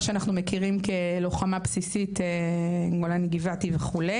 שאנחנו מכירים כלוחמה בסיסית כמו גולני גבעתי וכו'.